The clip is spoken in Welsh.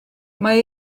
mae